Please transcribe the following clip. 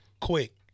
quick